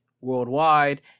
worldwide